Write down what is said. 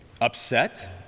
Upset